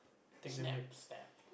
snap snap